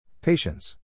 Patience